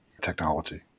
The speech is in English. technology